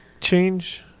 change